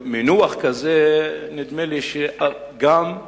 מינוח כזה, נדמה לי שגם,